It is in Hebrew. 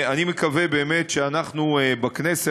אני מקווה באמת שאנחנו בכנסת,